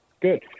Good